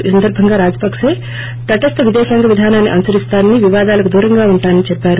ఈ సందర్బంగా రాజ్ పక్సే తటస్ల విదేశాంగ విధానాన్ని అనుసరిస్తానని వివాదాలకు దూరంగా ఉంటానని చెప్పారు